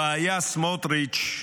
סמוטריץ',